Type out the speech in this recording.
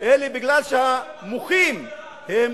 שרצחתם אנשים,